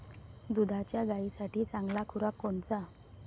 दुधाच्या गायीसाठी चांगला खुराक कोनचा?